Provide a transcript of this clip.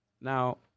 Now